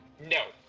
no